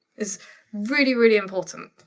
it's really really important.